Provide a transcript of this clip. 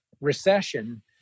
recession